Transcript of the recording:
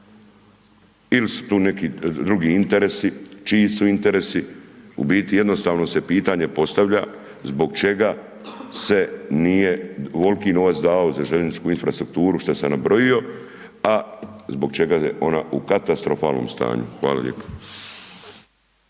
il su tu neki drugi interesi, čiji su interesi, u biti jednostavno se pitanje postavlja, zbog čega se nije ovolki novac davo za infrastrukturu što sam nabroio, a zbog čega je ona u katastrofalnom stanju. Hvala lijepo.